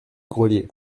grelier